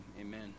amen